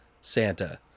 Santa